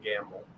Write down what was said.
gamble